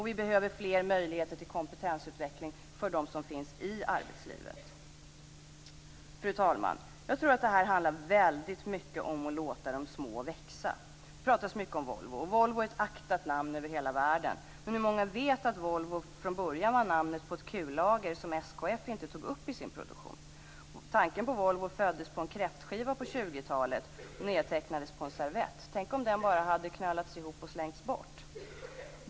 Vi behöver fler möjligheter till kompetensutveckling för dem som finns i arbetslivet. Fru talman! Jag tror att det väldigt mycket handlar om att låta de små växa. Det talas mycket om Volvo. Volvo är ett aktat namn över hela världen. Men hur många vet att Volvo från början var namnet på ett kullager som SKF inte tog upp i sin produktion? Tanken på Volvo föddes på en kräftskiva på 20-talet och nedtecknades på en servett. Tänk om den servetten bara hade knölats ihop och slängts bort!